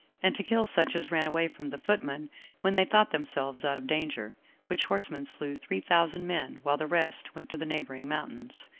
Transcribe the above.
and to kill such as ran away from the footmen when they thought themselves out of danger which horsemen slew three thousand men, while the rest went to the neighboring mountains.